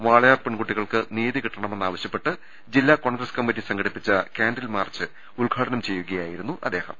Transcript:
വാളയാർ പെൺകുട്ടി കൾക്ക് നീതി കിട്ടണമെന്ന് ആവശ്യപ്പെട്ട് ജില്ലാ കോൺഗ്രസ് കമ്മറ്റി സംഘടിപ്പിച്ച കാൻഡിൽ മാർച്ച് ഉദ്ഘാടനം ചെയ്യുകയായിരുന്നു അദ്ദേഹം